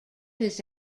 his